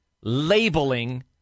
labeling